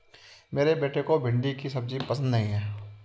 मेरे बेटे को भिंडी की सब्जी पसंद नहीं है